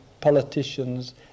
politicians